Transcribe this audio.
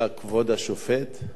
בסדר גמור.